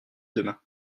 demain